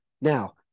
Now